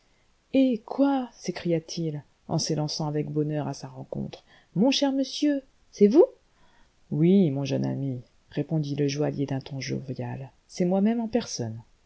eh quoi s'écria-t-il en s'élançant avec bonheur à sa rencontre mon cher monsieur c'est vous oui mon jeune ami répondit le joaillier d'un ton jovial c'est moi-même en personne